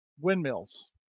windmills